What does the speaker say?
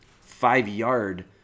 five-yard